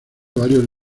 varios